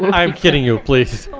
i'm kidding you, please.